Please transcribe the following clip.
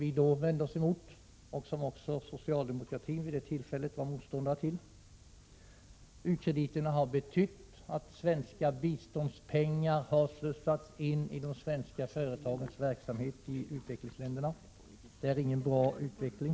Vi vände oss då emot dessa, och även socialdemokraterna var vid det tillfället motståndare till dem. U-krediterna har betytt att svenska biståndspengar har slussats in i de svenska företagens verksamhet i uländerna. Det är inte någon bra utveckling.